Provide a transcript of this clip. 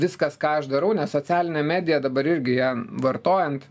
viskas ką aš darau nes socialinė medija dabar irgi ją vartojant